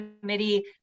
committee